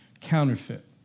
counterfeit